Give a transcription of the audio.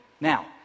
Now